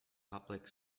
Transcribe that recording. public